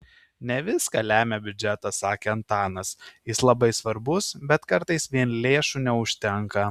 ne viską lemia biudžetas sakė antanas jis labai svarbus bet kartais vien lėšų neužtenka